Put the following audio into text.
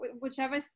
whichever